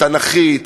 התנ"כית,